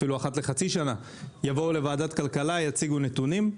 אפילו אחת לחצי שנה יבואו לוועדת הכלכלה ויציגו נתונים.